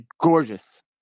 gorgeous